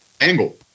Angle